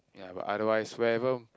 ya but otherwise where ever